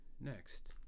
next